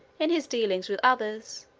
in his dealings with others,